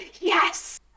yes